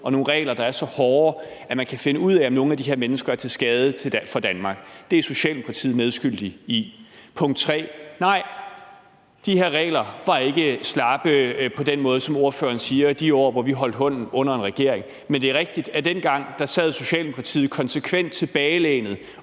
og nogle regler, der er så hårde, at man kan finde ud af, om nogle af de her mennesker er til skade for Danmark. Det er Socialdemokratiet medskyldig i. Det tredje punkt: Nej, de her regler var ikke slappe på den måde, ordføreren siger, i de år, hvor vi holdt hånden under en regering. Men det er rigtigt, at dengang sad Socialdemokratiet konsekvent tilbagelænet